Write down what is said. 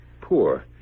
poor